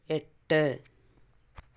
എട്ട്